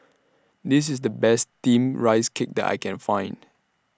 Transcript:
This IS The Best Steamed Rice Cake that I Can Find